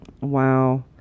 Wow